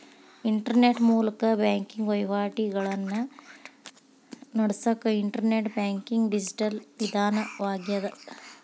internet ಮೂಲಕ banking ವಹಿವಾಟಿಗಳನ್ನ ನಡಸಕ ಇಂಟರ್ನೆಟ್ ಬ್ಯಾಂಕಿಂಗ್ ಡಿಜಿಟಲ್ ವಿಧಾನವಾಗ್ಯದ